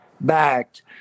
backed